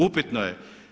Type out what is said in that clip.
Upitno je.